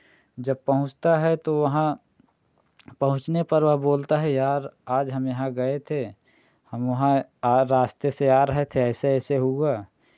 जब पहुँचता है तो वहां पहुँचने पर वह बोलता है यार आज हम यहाँ गए थे हम वहां आर रास्ते से आ रहे थे ऐसे ऐसे हुआ